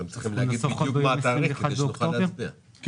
אתם צריכים להגיד בדיוק מה התאריך כדי שנוכל להצביע.